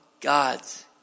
God's